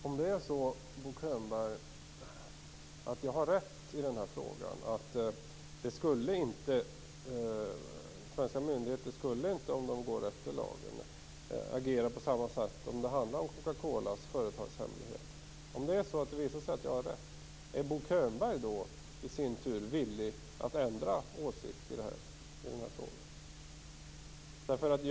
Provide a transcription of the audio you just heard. Herr talman! Bo Könberg! Om det visar sig att jag har rätt i den här frågan - dvs. att svenska myndigheter om de går efter lagen inte skulle agera på samma sätt om det handlade om Coca-Colas företagshemligheter - är Bo Könberg då i sin tur villig att ändra åsikt i frågan?